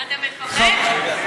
אתה מפחד?